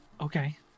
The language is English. okay